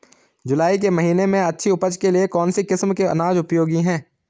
जुलाई के महीने में अच्छी उपज के लिए कौन सी किस्म के अनाज उपयोगी हैं?